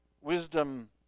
Wisdom